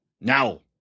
now